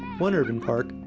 one urban park,